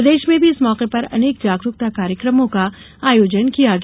प्रदेश में भी इस मौके पर अनेक जागरूकता कार्यक्रमों का आयोजन किया गया